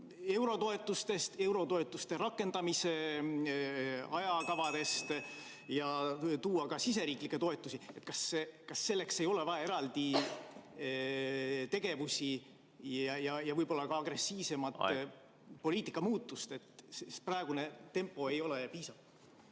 mitte sõltuda eurotoetuste rakendamise ajakavadest, vaid luua ka siseriiklikke toetusi. Kas selleks ei ole vaja eraldi tegevusi ja võib-olla ka agressiivsemat poliitika muutust? Aeg! Sest praegune tempo ei ole piisav.